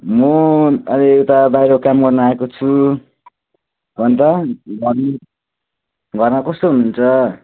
म अब यता बाहिर काम गर्न आएको छु अन्त घरमा कस्तो हुनुहुन्छ